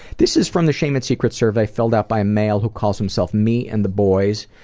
this is from the shame and secrets survey, filled out by a male who calls himself me and the boys.